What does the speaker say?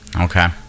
Okay